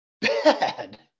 bad